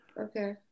Okay